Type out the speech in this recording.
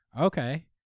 Okay